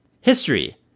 History